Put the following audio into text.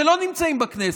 שלא נמצאים בכנסת.